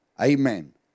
Amen